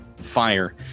fire